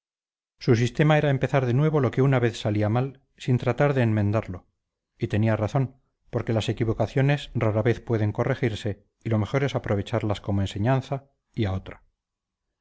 su sistema era empezar de nuevo lo que una vez salía mal sin tratar de enmendarlo y tenía razón porque las equivocaciones rara vez pueden corregirse y lo mejor es aprovecharlas como enseñanza y a otra